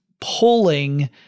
pulling